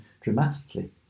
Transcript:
dramatically